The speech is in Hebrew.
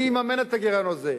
מי יממן את הגירעון הזה?